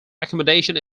accommodation